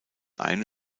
eine